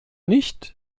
nicht